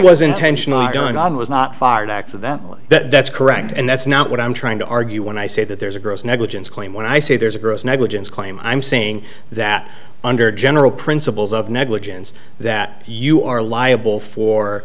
was intentional arghandab was not fired acts of that that's correct and that's not what i'm trying to argue when i say that there's a gross negligence claim when i say there's a gross negligence claim i'm saying that under general principles of negligence that you are liable for